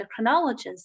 endocrinologist